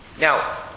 Now